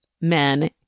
men